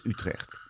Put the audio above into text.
Utrecht